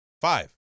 Five